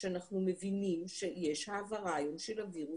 שאנחנו מבינים שיש העברה היום של הווירוס,